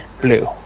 Blue